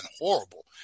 horrible